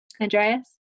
Andreas